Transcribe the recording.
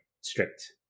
strict